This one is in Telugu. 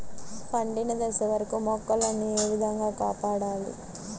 పండిన దశ వరకు మొక్కల ను ఏ విధంగా కాపాడాలి?